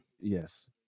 Yes